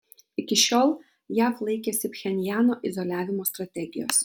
iki šiol jav laikėsi pchenjano izoliavimo strategijos